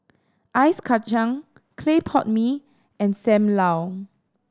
ice kacang clay pot mee and Sam Lau